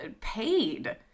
paid